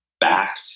back